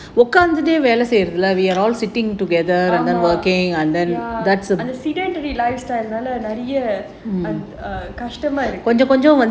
ஆமா:aamaa ya sedentary lifestyle நிறைய கஷ்டமா இருக்கு:niraiya kashtamaa irukku